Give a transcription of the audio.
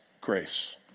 grace